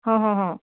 হঁ হঁ হঁ